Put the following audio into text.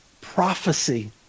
prophecy